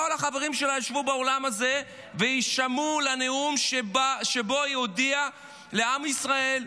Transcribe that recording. כל החברים שלה ישבו באולם הזה ושמעו את הנאום שבו היא הודיעה לעם ישראל,